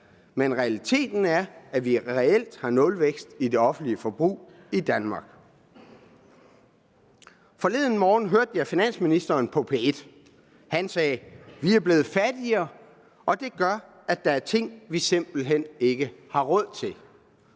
Men realiteten er, at vi reelt har nulvækst i det offentlige forbrug i Danmark. Forleden morgen hørte jeg finansministeren på P1. Han sagde: Vi er blevet fattigere, og det gør, at der er ting, vi simpelt hen ikke har råd til.